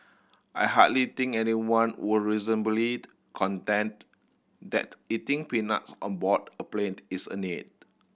I hardly think anyone would reasonably contend that eating peanuts on board a plane is a need